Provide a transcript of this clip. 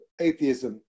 atheism